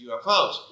UFOs